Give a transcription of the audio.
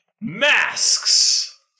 Masks